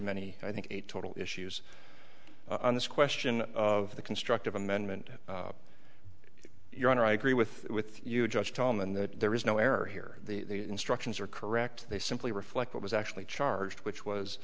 many i think a total issues on this question of the constructive amendment your honor i agree with with you judge tom in that there is no error here the instructions are correct they simply reflect what was actually charged which